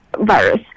virus